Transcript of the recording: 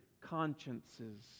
consciences